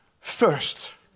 first